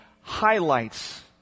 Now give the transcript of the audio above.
highlights